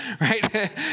right